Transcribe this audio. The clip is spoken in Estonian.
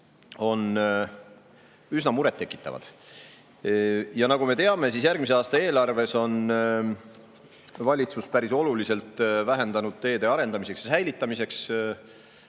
on üsna muret tekitavad. Nagu me teame, järgmise aasta eelarves on valitsus päris oluliselt vähendanud teede arendamiseks ja säilitamiseks